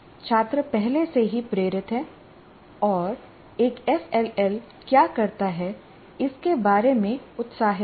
छात्र पहले से ही प्रेरित हैं और एक एफएलएल क्या करता है इसके बारे में उत्साहित हैं